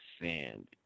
sand